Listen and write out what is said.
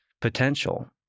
potential